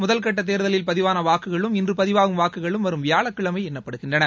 முதல்கட்ட தேர்தலில் பதிவாள வாக்குகளும் இன்று பதிவாகும் வாக்குகளும் வரும் வியாழக்கிழமை எண்ணப்படுகின்றன